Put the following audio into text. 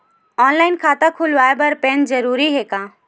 Online खाता खुलवाय बर पैन जरूरी हे का?